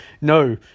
no